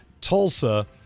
Tulsa